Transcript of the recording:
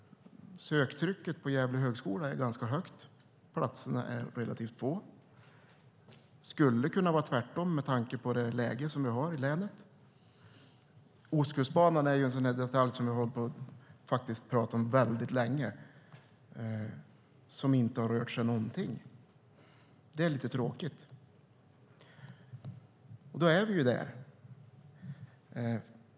Söktrycket på Gävle högskola är ganska högt. Platserna är relativt få. Det skulle kunna vara tvärtom med tanke på det läge vi har i länet. Ostkustbanan är en sådan detalj som vi har pratat om väldigt länge och som inte har rört sig någonting. Det är lite tråkigt. Och då är vi ju där.